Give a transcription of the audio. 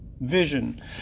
vision